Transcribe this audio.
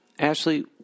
Ashley